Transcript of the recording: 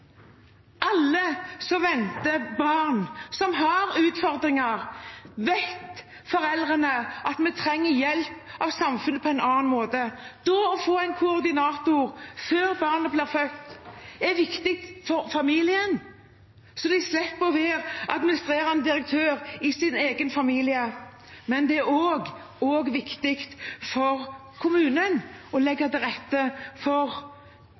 Alle som venter barn som har utfordringer, vet at de trenger hjelp fra samfunnet på en annen måte. Da å få en koordinator før barnet blir født, er viktig for familien, så de slipper å være administrerende direktør i sin egen familie. Men det er også viktig for kommunen å legge til rette for